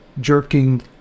jerking